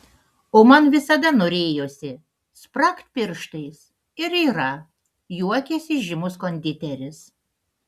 o man visada norėjosi spragt pirštais ir yra juokiasi žymus konditeris